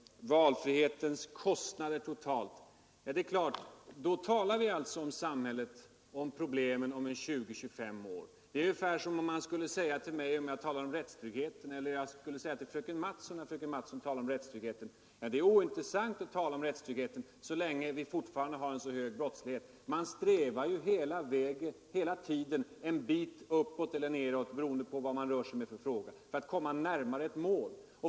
Valfrihetens kostnader totalt! Ja, då talar vi alltså om problemen om 20—25 år. Det är ungefär som om jag när fröken Mattson talar om rättstryggheten skulle säga: Ja, men det är ju ointressant att tala om rättstryggheten så länge vi fortfarande har en så hög brottslighet. Man strävar ju hela tiden en bit uppåt eller nedåt, beroende på vad man rör sig med för fråga, för att komma närmare ett mål.